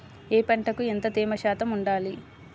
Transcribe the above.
ఏ పంటకు ఎంత తేమ శాతం ఉండాలి?